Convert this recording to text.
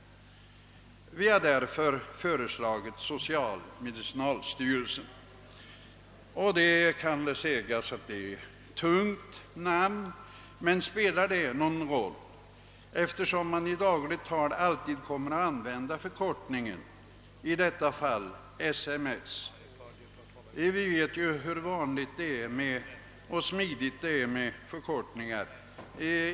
Vi har därför föreslagit »social-medicinalstyrelsen». Det kan väl sägas att det är ett tungt namn, men spelar det någon roll? I dagligt tal kommer man ju alltid att använda förkortningen SMS. Vi vet ju hur vanligt och smidigt det är med förkortningar.